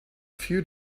few